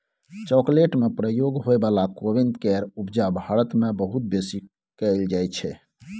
chocolate में प्रयोग होइ बला कोविंद केर उपजा भारत मे बहुत बेसी कएल जाइ छै